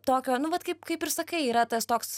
tokio nu vat kaip kaip ir sakai yra tas toks